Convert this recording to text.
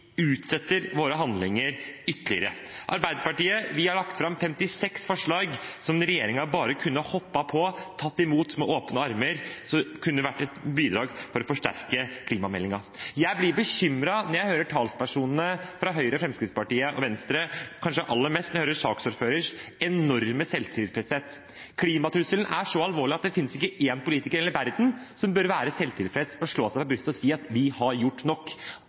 utsetter våre handlinger ytterligere. Arbeiderpartiet har lagt fram 56 forslag som regjeringen bare kunne hoppet på og tatt imot med åpne armer, som kunne vært et bidrag til å forsterke klimameldingen. Jeg blir bekymret når jeg hører talspersonene fra Høyre, Fremskrittspartiet og Venstre – kanskje aller mest når jeg hører saksordførerens enorme selvtilfredshet. Klimatrusselen er så alvorlig at det fins ikke én politiker i hele verden som bør være selvtilfreds og slå seg på brystet og si at vi har gjort nok.